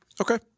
Okay